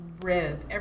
rib